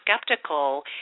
skeptical